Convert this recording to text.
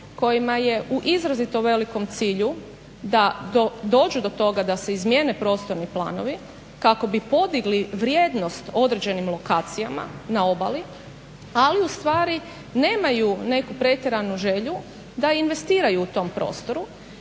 kojima je u izrazito velikom cilju da dođu do toga da se izmijene prostorni planovi kako bi podigli vrijednost određenim lokacijama na obali. Ali u stvari nemaju neku pretjeranu želju da investiraju u tom prostoru,